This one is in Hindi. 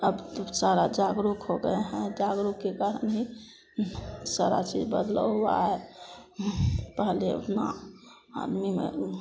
अब तो सारा जागरुक हो गए हैं जागरुक के कारण ही सारा चीज बदलाव हुआ है पहले उतना आदमी में